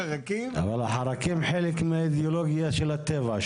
מצד אחד זה חלק מהפיתוח והפיתוח וההתפתחות